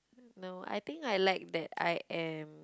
no I think I like that I am